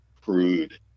crude